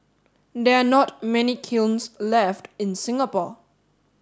there are not many kilns left in Singapore